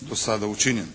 do sada učinjeno.